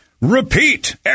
repeat